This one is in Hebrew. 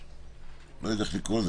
אני לא יודע איך לקרוא לזה,